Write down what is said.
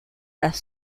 las